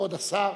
כבוד השר.